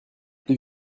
plus